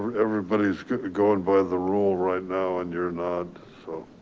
ah everybody's going by the rule right now and you're not so,